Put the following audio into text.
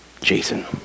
Jason